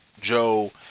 Joe